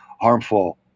harmful